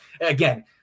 again